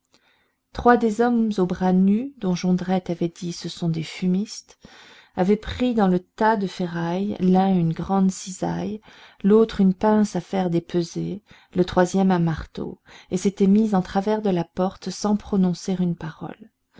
trois des hommes aux bras nus dont jondrette avait dit ce sont des fumistes avaient pris dans le tas de ferrailles l'un une grande cisaille l'autre une pince à faire des pesées le troisième un marteau et s'étaient mis en travers de la porte sans prononcer une parole